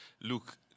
look